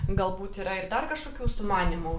galbūt yra ir dar kažkokių sumanymų